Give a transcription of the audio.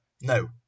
No